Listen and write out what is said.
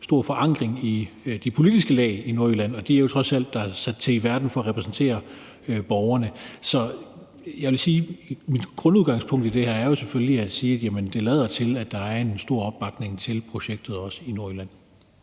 stor forankring i de politiske lag i Nordjylland, og de er jo trods alt sat i verden for at repræsentere borgerne. Så jeg vil sige, at mit grundudgangspunkt i det her selvfølgelig er, at det lader til, at der er en stor opbakning til projektet også i Nordjylland.